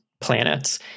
planets